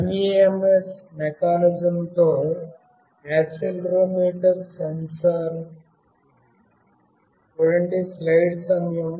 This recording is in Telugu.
MEMS మెకానిజంతో యాక్సిలెరోమీటర్ సెన్సార్ ఇది